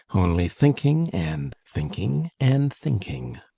only thinking and thinking and thinking.